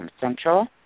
Central